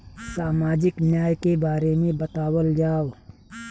सामाजिक न्याय के बारे में बतावल जाव?